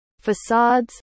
facades